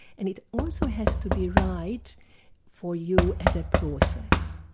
and it also has to be right for you as a process.